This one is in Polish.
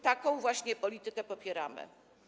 Taką właśnie politykę popieramy.